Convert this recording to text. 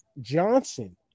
Johnson